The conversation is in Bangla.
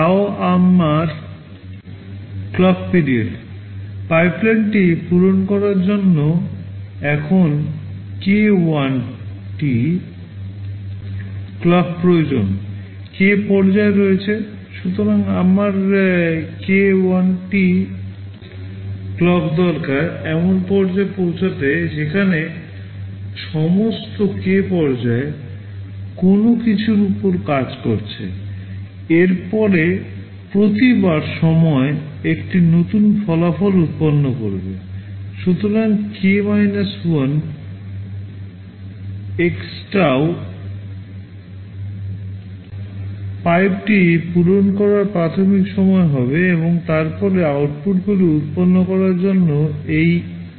তাও আমার ক্লক পিরিয়ড x tau পাইপটি পূরণ করার প্রাথমিক সময় হবে এবং তারপরে আউটপুটগুলি উত্পন্ন করার জন্য এই N x tau